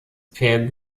peer